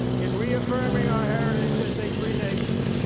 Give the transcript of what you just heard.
in reaffirming our heritage as a free nation,